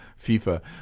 FIFA